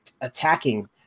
attacking